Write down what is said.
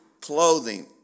clothing